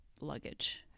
luggage